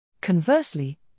Conversely